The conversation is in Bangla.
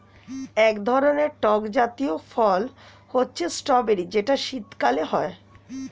এক ধরনের টক জাতীয় ফল হচ্ছে স্ট্রবেরি যেটা শীতকালে হয়